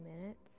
minutes